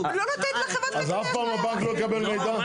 הוא לא נותן לחברת כרטיסי האשראי --- אז אף פעם הבנק לא יקבל מידע?